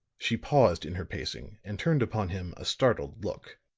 she paused in her pacing, and turned upon him a startled look.